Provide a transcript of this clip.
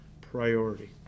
priority